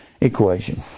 equation